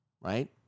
right